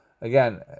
Again